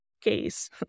case